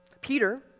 Peter